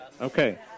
Okay